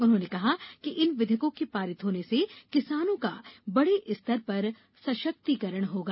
उन्होंने कहा कि इन विधेयकों के पारित होने से किसानों का बड़े स्तर पर सशक्तिकरण होगा